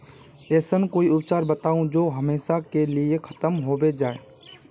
ऐसन कोई उपचार बताऊं जो हमेशा के लिए खत्म होबे जाए?